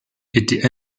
était